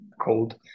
cold